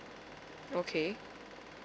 okay